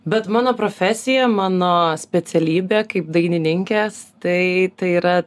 bet mano profesija mano specialybė kaip dainininkės tai tai yra